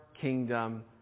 kingdom